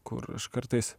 kur aš kartais